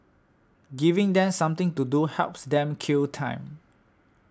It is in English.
giving them something to do helps them kill time